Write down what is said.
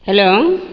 hello